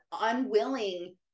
unwilling